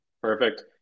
Perfect